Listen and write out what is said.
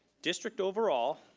district overall,